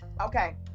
okay